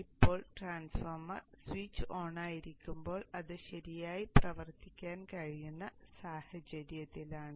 ഇപ്പോൾ transformer switch ഓണായിരിക്കുമ്പോൾ അത് ശരിയായി പ്രവർത്തിക്കാൻ കഴിയുന്ന സാഹചര്യത്തിലാണ്